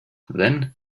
then